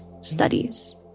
studies